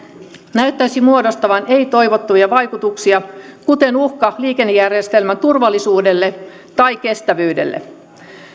näyttäisi muodostuvan ei toivottuja vaikutuksia kuten uhka liikennejärjestelmän turvallisuudelle tai kestävyydelle